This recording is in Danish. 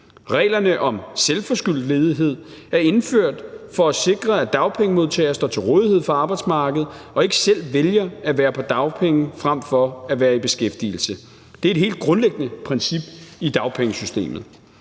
Reglerne om selvforskyldt ledighed er indført for at sikre, at dagpengemodtagere står til rådighed for arbejdsmarkedet og ikke selv vælger at være på dagpenge frem for at være i beskæftigelse. Det er et helt grundlæggende princip i dagpengesystemet.